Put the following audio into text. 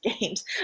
games